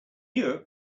europe